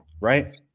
Right